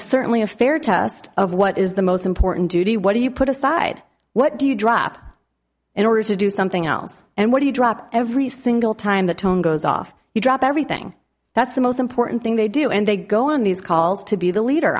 certainly a fair test of what is the most important duty what do you put aside what do you drop in order to do something else and what do you drop every single time the tone goes off you drop everything that's the most important thing they do and they go on these calls to be the leader